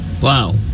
Wow